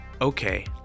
Okay